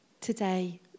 today